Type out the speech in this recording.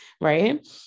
right